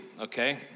okay